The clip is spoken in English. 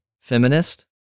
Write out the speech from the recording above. feminist